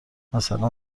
مثلا